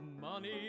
money